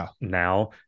now